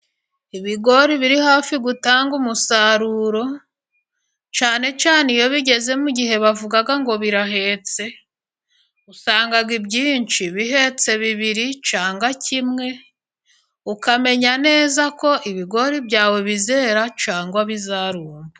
Ibigori biri hafi gutanga umusaruro， cyane cyane iyo bigeze mu gihe bavuga ngo birahetse， usanga ibyinshi bihetse bibiri cyangwa kimwe， ukamenya neza ko ibigori byawe bizera cyangwa bizarumba.